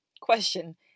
Question